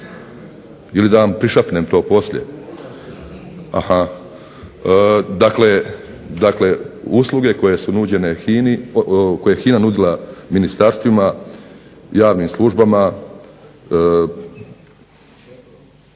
… /Upadica se ne razumije./… Aha. Dakle, usluge koje je HINA nudila ministarstvima, javnim službama